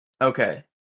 okay